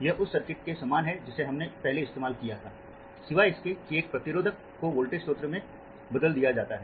यह उस सर्किट के समान है जिसे हमने पहले इस्तेमाल किया था सिवाय इसके कि एक प्रतिरोधक को वोल्टेज स्रोत से बदल दिया जाता है